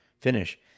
Finish